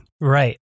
Right